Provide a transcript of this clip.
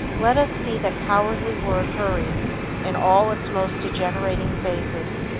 let us see that cowardly word hurry in all its most degenerating phases,